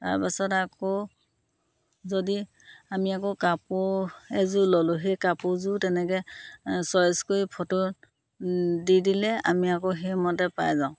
তাৰপাছত আকৌ যদি আমি আকৌ কাপোৰ এযোৰ ল'লোঁ সেই কাপোৰযোৰ তেনেকৈ চইজ কৰি ফটো দি দিলে আমি আকৌ সেইমতে পাই যাওঁ